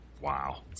Wow